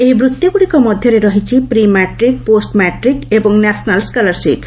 ଏହି ବୃତ୍ତିଗୁଡ଼ିକ ମଧ୍ୟରେ ରହିଛି ପ୍ରି ମାଟ୍ରିକ୍ ପୋଷ୍ଟ ମାଟ୍ରିକ୍ ଏବଂ ନ୍ୟାସନାଲ୍ ସ୍କଲାରସିପ୍